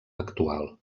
actual